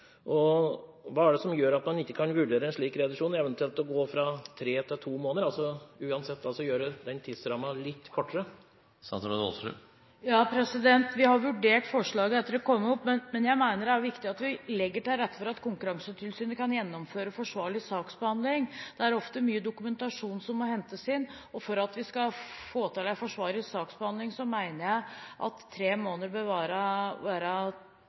Hva er det som gjør at man ikke kan vurdere en slik reduksjon, eventuelt å gå fra tre til to måneder – uansett gjøre tidsrammen litt kortere? Vi har vurdert forslaget etter at det kom opp, men jeg mener det er viktig at vi legger til rette for at Konkurransetilsynet kan gjennomføre forsvarlig saksbehandling. Det er ofte mye dokumentasjon som må hentes inn, og for at vi skal få til en forsvarlig saksbehandling, mener jeg at tre måneder bør være